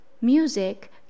Music